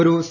ഒരു സി